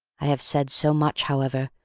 i have said so much, however,